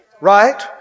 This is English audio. Right